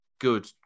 good